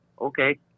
Okay